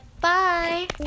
Bye